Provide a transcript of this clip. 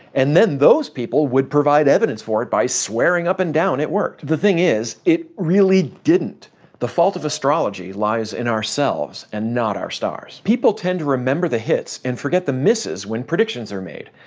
and then those people would provide evidence for it by swearing up and down it worked. the thing is, it really didn't the fault of astrology lies in ourselves and not our stars. people tend to remember the hits and forget the misses when predictions are made,